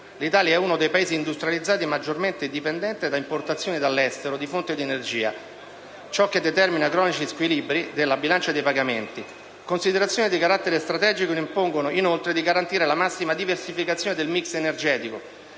L'Italia è uno dei Paesi industrializzati maggiormente dipendenti da importazioni dall'estero di fonti di energia, e ciò determina cronici squilibri della bilancia dei pagamenti. Considerazioni di carattere strategico impongono, inoltre, di garantire la massima diversificazione del *mix* energetico,